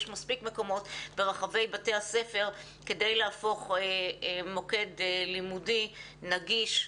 יש מספיק מקומות ברחבי בתי הספר כדי להפוך מוקד לימודי נגיש,